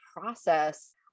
process